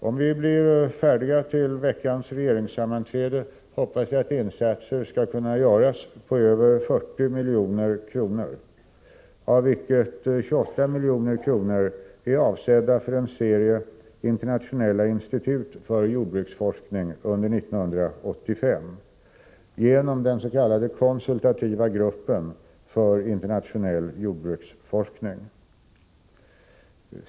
Om vi blir färdiga till veckans regeringssammanträde, hoppas jag att insatser skall kunna göras på över 40 milj.kr., av vilket 28 milj.kr. är avsedda för en serie internationella institut för jordbruksforskning under 1985 genom den s.k. konsultativa gruppen för internationell jordbruksforskning.